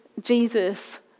Jesus